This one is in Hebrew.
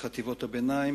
בחטיבות הביניים.